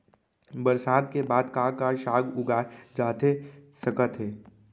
बरसात के बाद का का साग उगाए जाथे सकत हे?